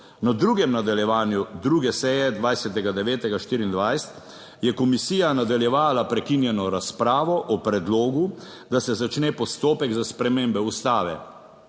Na 2. nadaljevanju 2. seje 20. 9. 2024 je komisija nadaljevala prekinjeno razpravo o predlogu, da se začne postopek za spremembe Ustave.